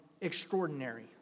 extraordinary